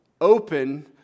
open